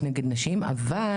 לא להשכיר --- תביאי את זה.